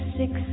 six